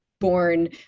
born